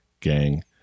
gang